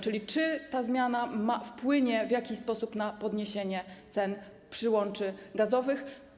Czyli czy ta zmiana wpłynie w jakiś sposób na poniesienie cen przyłączy gazowych?